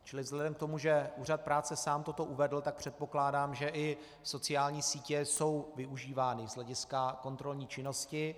Čili vzhledem k tomu, že sám Úřad práce toto uvedl, tak předpokládám, že i sociální sítě jsou využívány z hlediska kontrolní činnosti.